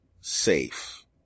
safe